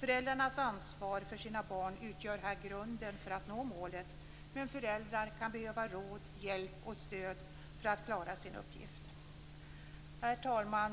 Föräldrarnas ansvar för sina barn utgör här grunden för att nå målet, men föräldrar kan behöva råd, hjälp och stöd för att klara sin uppgift. Herr talman!